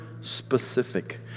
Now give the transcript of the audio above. specific